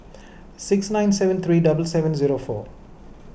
six nine seven three double seven zero four